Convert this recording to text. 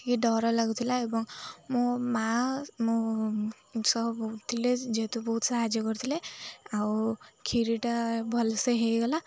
ଟିକେ ଡ଼ର ଲାଗୁଥିଲା ଏବଂ ମୋ ମାଆ ମୋ ସହ ବ ଥିଲେ ଯେହେତୁ ବହୁତ ସାହାଯ୍ୟ କରୁଥିଲେ ଆଉ କ୍ଷୀରିଟା ଭଲସେ ହୋଇଗଲା